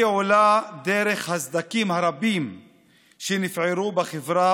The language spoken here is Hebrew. היא עולה דרך הסדקים הרבים שנפערו בחברה